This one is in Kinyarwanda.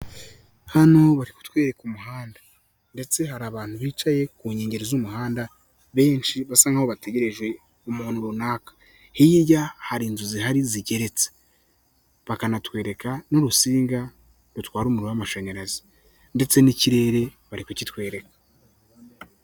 Hano bari kutwereka umuhanda ndetse hari abantu bicaye ku nkengero z'umuhanda benshi basa nkaho bategereje umuntu runaka, irya hari inzu zihari zigeretse, bakanatwereka n'urutsinga rutwara umuriro w'amashanyarazi ndetse n'ikirere bari kukitwereka.